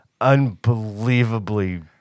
unbelievably